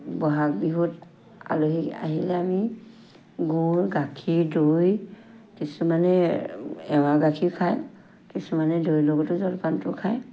বহাগ বিহুত আলহীক আহিলে আমি গুৰ গাখীৰ দৈ কিছুমানে এঁৱা গাখীৰ খায় কিছুমানে দৈৰ লগতো জলপানটো খায়